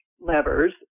levers